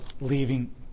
leaving